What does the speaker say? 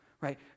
right